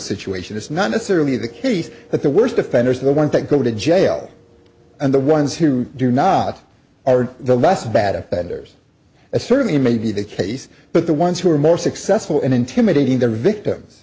situation is not necessarily the case that the worst offenders are the ones that go to jail and the ones who do not are the last bad offenders and certainly may be the case but the ones who are most successful in intimidating the victims